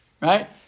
right